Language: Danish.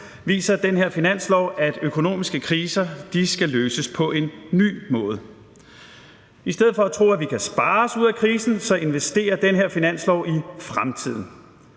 viser den her finanslov, at økonomiske kriser skal løses på en ny måde. I stedet for at tro, at vi kan spare os ud af krisen, investerer vi med den her finanslov i fremtiden.